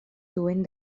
suben